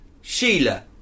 Sheila